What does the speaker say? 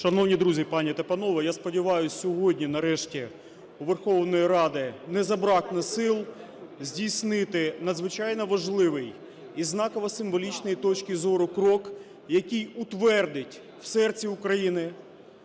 Шановні друзі, пані та панове! Я сподіваюсь, сьогодні нарешті у Верховної Ради не забракне сил здійснити надзвичайно важливий і знаково символічний з точки зору крок, який утвердить в серці України,